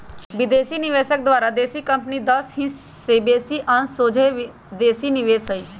विदेशी निवेशक द्वारा देशी कंपनी में दस हिस् से बेशी अंश सोझे विदेशी निवेश हइ